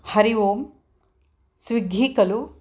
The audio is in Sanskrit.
हरि ओं स्विग्गी खलु